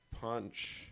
Punch